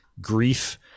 grief